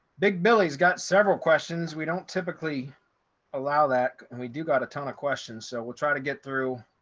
big billy's got several questions we don't typically allow that and we do got a ton of questions. so we'll try to get through